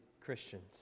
Christians